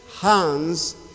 hands